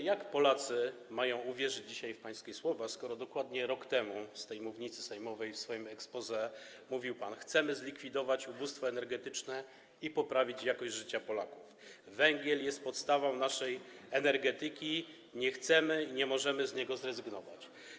Jak Polacy mają uwierzyć dzisiaj w pańskie słowa, skoro dokładnie rok temu z tej mównicy sejmowej, w swoim exposé mówił pan: chcemy zlikwidować ubóstwo energetyczne i poprawić jakość życia Polaków, a węgiel jest podstawą naszej energetyki, nie chcemy, nie możemy z niego zrezygnować?